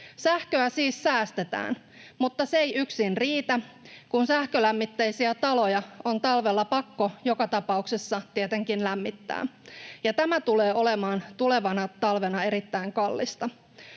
Sähköä siis säästetään, mutta se ei yksin riitä, kun sähkölämmitteisiä taloja on talvella pakko joka tapauksessa tietenkin lämmittää, ja tämä tulee olemaan tulevana talvena erittäin kallista.